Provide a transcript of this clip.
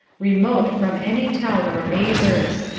remote from any town or neighbours.